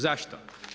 Zašto?